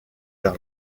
vers